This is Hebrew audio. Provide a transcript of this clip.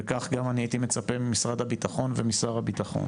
וכך גם אני הייתי מצפה ממשרד הביטחון ומשר הביטחון.